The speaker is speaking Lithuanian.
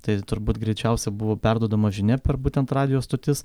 tai turbūt greičiausia buvo perduodama žinia per būtent radijo stotis